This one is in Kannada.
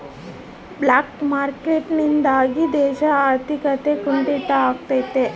ಬ್ಲಾಕ್ ಮಾರ್ಕೆಟ್ ನಿಂದಾಗಿ ದೇಶದ ಆರ್ಥಿಕತೆ ಕುಂಟಿತ ಆಗ್ತೈತೆ